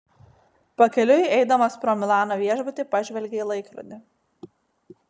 pakeliui eidamas pro milano viešbutį pažvelgė į laikrodį